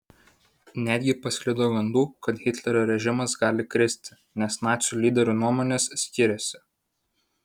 netgi pasklido gandų kad hitlerio režimas gali kristi nes nacių lyderių nuomonės skiriasi